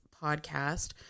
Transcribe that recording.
podcast